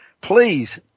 Please